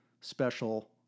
special